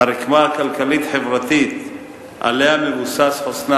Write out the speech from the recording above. הרקמה הכלכלית-חברתית שעליה מבוסס חוסנה